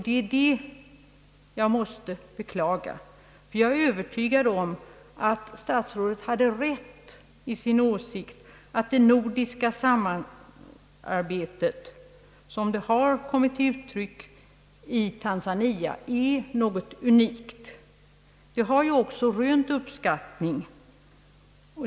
Detta måste jag beklaga, ty jag är övertygad om att statsrådet hade rätt i sin åsikt att det nordiska samarbetet, som det har kommit till uttryck i Tanzania, är något unikt. Det har ju också rönt uppskattning.